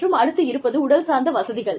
மற்றும் அடுத்து இருப்பது உடல் சார்ந்த வசதிகள்